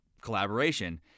collaboration